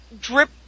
drip